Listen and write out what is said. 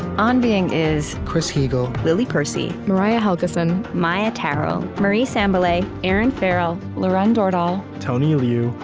on being is chris heagle, lily percy, mariah helgeson, maia tarrell, marie sambilay, erinn farrell, lauren dordal, tony liu,